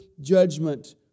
judgment